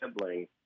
sibling